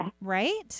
Right